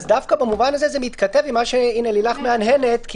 הינה, לילך מהנהנת.